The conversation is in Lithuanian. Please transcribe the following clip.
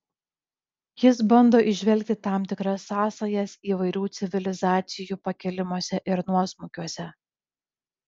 jis bando įžvelgti tam tikras sąsajas įvairių civilizacijų pakilimuose ir nuosmukiuose